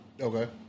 Okay